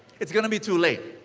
it's gonna be too late.